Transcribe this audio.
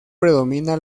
predomina